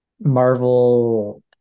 marvel